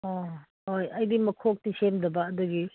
ꯑꯣ ꯍꯣꯏ ꯑꯩꯗꯤ ꯃꯈꯣꯛꯇꯤ ꯁꯦꯝꯗꯕ ꯑꯗꯨꯒꯤ